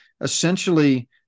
essentially